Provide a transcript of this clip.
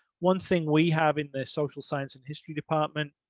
one thing we have in the social science and history department.